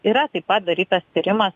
yra padarytas tyrimas